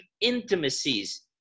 intimacies